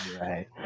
Right